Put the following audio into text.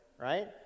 right